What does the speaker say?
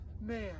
man